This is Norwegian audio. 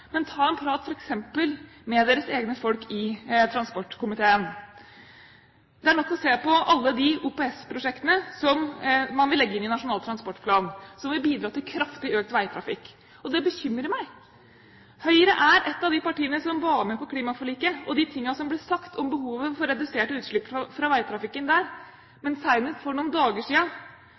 Men ta en prat f.eks. med Høyres egne folk i transportkomiteen. Det er nok å se på alle de OPS-prosjektene man vil legge inn i Nasjonal transportplan, og som vil bidra til kraftig økt veitrafikk. Det bekymrer meg. Høyre er et av de partiene som var med på klimaforliket og de tingene som ble sagt om behovet for reduserte utslipp fra veitrafikken der, men senest for noen dager